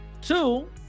Two